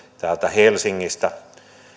täältä helsingistä